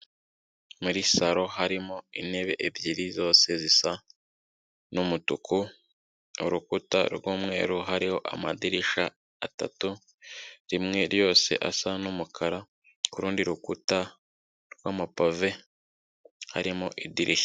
Muri saro harimo intebe ebyiri zose zisa n'umutuku, urukuta rw'umweru hariho amadirishya atatu, rimwe yyose asa n'umukara, ku rundi rukuta rw'amapave harimo idirishya.